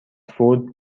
فود